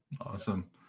Awesome